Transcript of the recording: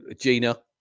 Gina